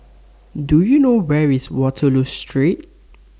Do YOU know Where IS Waterloo Street